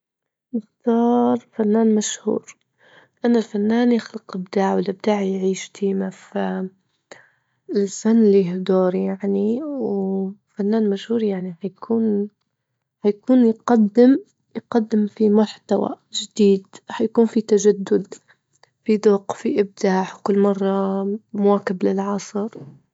نختار فنان مشهور، لأن الفنان يخلق إبداع، والإبداع يعيش ديما، فالفن ليه دور يعني، وفنان مشهور يعني حيكون حيكون يقدم- يقدم في محتوى جديد، حيكون في تجدد، في ذوق، في إبداع كل مرة مواكب للعصر.